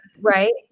right